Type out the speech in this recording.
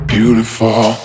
Beautiful